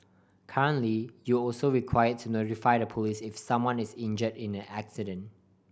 currently you're also require to notify the police if someone is injured in an accident